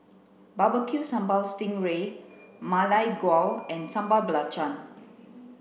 barbecue sambal sting ray ma lai gao and sambal belacan